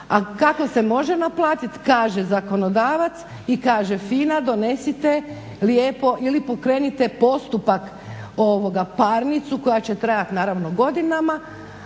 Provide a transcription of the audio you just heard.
A kako se može naplatit, kaže zakonodavac i kaže FINA donesite lijepo ili pokrenite postupak, parnicu koja će trajat naravno godinama,